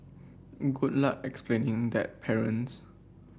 good luck explaining that parents